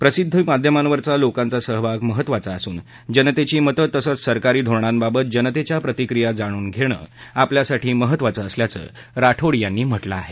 प्रसिद्दी माध्यमांवरचा लोकांचा सहभाग महत्त्वाचा असून जनतेची मतं तसंच सरकारी धोरणांबाबत जनतेच्या प्रतिक्रिया जाणून घेणं आपल्यासाठी महत्त्वाचं असल्याचं राठोड यांनी म्हटलं आहे